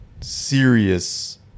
serious